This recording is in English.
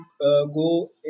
go